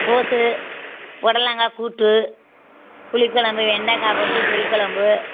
கோஸ் புடலங்கா கூட்டு புளிக்கொழம்பு வெண்டக்காய் போட்டு புளிக்கொழம்பு